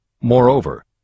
Moreover